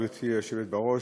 גברתי היושבת בראש,